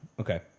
Okay